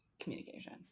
communication